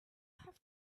have